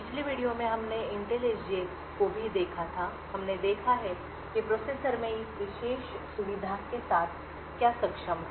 पिछले वीडियो में हमने इंटेल एसजीएक्स को भी देखा था हमने देखा है कि प्रोसेसर में इस विशेष सुविधा के साथ क्या सक्षम था